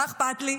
מה אכפת לי.